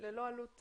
בהחלט,